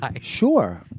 Sure